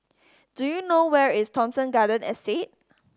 do you know where is Thomson Garden Estate